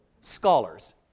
scholars